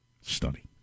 study